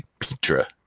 Petra